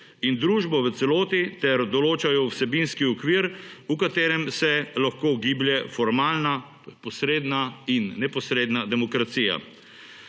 in družbo v celoti ter določajo vsebinski okvir, v katerem se lahko giblje formalna posredna in neposredna demokracija.